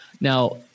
now